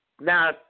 Now